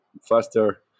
faster